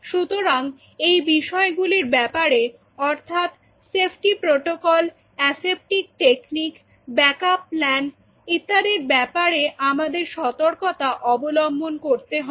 সুতরাং এই বিষয়গুলির ব্যাপারে অর্থাৎ safety protocol aseptic technique backup plan ইত্যাদির ব্যাপারে আমাদের সর্তকতা অবলম্বন করতে হবে